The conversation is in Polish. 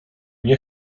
nie